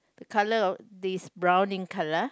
the colour of is brown in colour